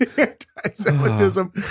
anti-Semitism